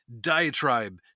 diatribe